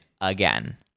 again